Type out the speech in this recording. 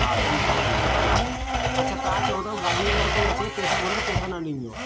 हा ठीकु आहे ठीकु आहे अच्छा तव्हां चयो अथव गाॾी अगरि को अचे पेसा घुरे त पेसा न ॾींजो